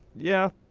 yeah,